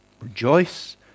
Rejoice